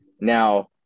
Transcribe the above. Now